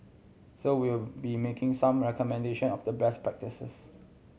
so we will be making some recommendation of the best practises